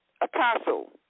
Apostle